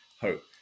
hope